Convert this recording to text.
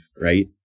right